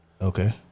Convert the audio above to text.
Okay